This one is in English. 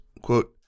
quote